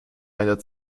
einer